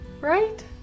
right